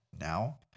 now